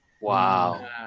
Wow